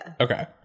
okay